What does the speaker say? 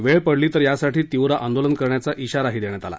वेळ पडल्यास यासाठी तीव्र आंदोलन करण्याचा इशाराही देण्यात आला